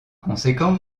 conséquent